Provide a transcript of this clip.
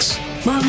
Mom